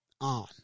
on